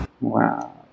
wow